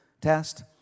test